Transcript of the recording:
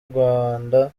rwanda